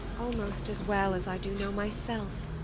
almost as well as i do know myself.